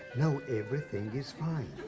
no, everything is fine.